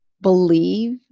believe